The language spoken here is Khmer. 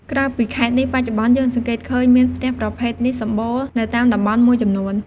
ក្រៅពីខេត្តនេះ បច្ចុប្បន្ន យើងសង្កេតឃើញមានផ្ទះប្រភេទនេះសម្បូរនៅតាមតំបន់មួយចំនួន។